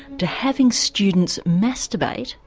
to having students masturbate,